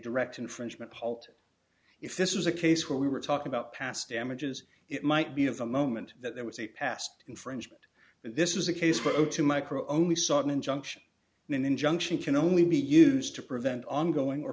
direct infringement halt if this was a case where we were talking about past damages it might be of the moment that there was a past infringement but this is a case where the two micro only saw an injunction and an injunction can only be used to prevent ongoing or